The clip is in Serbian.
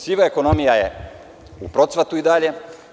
Siva ekonomija je u procvatu i dalje.